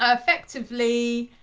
ah effectively,